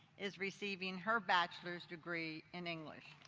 is receiving her bachelor's degree in english.